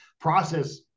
process